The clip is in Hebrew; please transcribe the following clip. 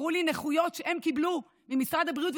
הראו לי נכויות שהם קיבלו ממשרד הבריאות.